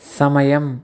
సమయం